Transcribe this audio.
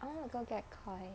I want to go get KOI